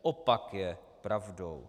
Opak je pravdou.